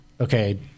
Okay